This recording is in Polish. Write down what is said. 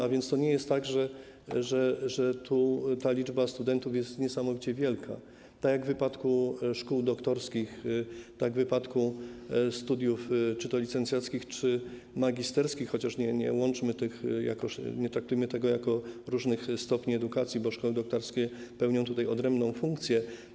A więc to nie jest tak, że tu ta liczba studentów jest niesamowicie wielka, tak w wypadku szkół doktorskich, jak i w wypadku studiów czy to licencjackich, czy magisterskich - chociaż nie łączmy tego, nie traktujmy tego jako różnych stopni edukacji, bo szkoły doktorskie pełnią tutaj ogromnie ważną funkcję.